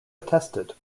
attested